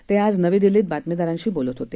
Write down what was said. ते आज नवी दिल्लीत बातमीदारांशी बोलत होते